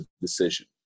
decision